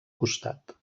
costat